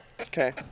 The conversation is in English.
Okay